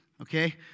okay